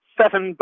seven